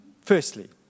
Firstly